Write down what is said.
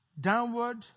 Downward